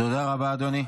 תודה רבה, אדוני.